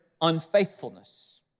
unfaithfulness